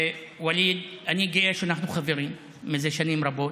ווליד, שאני גאה שאנחנו חברים מזה שנים רבות.